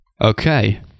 Okay